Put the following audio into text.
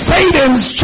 Satan's